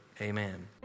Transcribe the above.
Amen